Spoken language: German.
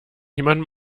jemandem